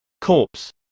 Corpse